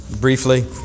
briefly